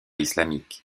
islamique